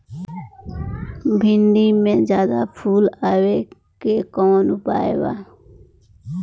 भिन्डी में ज्यादा फुल आवे के कौन उपाय बा?